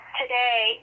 today